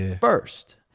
first